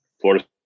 Florida